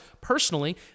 personally